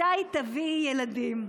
מתי תביאי ילדים?